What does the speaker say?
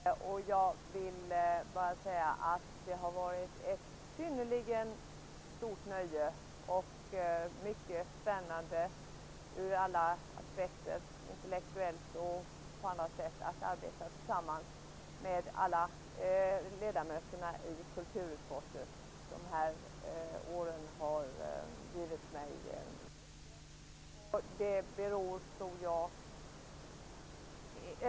Herr talman! Jag vill ta tillfället i akt och tacka Åke Gustavsson för de synnerligen vänliga orden. Det har varit ett stort nöje och mycket spännande ur alla aspekter, intellektuellt och på annat sätt, att arbeta tillsammans med alla ledamöterna i kulturutskottet. Dessa år har givit mig mycket.